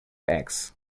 eggs